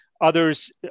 Others